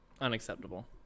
Unacceptable